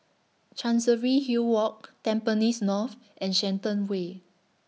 Chancery Hill Walk Tampines North and Shenton Way